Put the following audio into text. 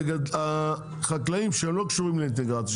החקלאים שלא קשורים לאינטגרציה,